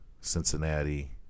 Cincinnati